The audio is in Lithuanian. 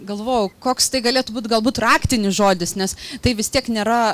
galvojau koks tai galėtų būt galbūt raktinis žodis nes tai vis tiek nėra